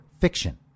fiction